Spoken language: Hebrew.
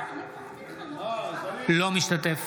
אינו משתתף